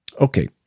Okay